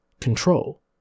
Control